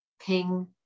ping